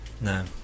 No